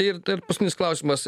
ir dar paskutinis klausimas